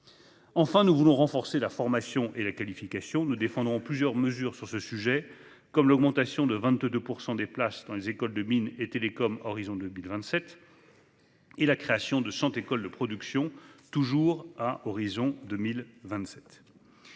Enfin, nous voulons renforcer la formation et la qualification. Nous défendrons plusieurs mesures sur ce sujet comme l'augmentation de 22 % du nombre de places dans les écoles des mines-télécom à l'horizon 2027 et la création de cent écoles de production, toujours à l'horizon 2027.